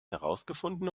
herausgefunden